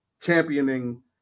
championing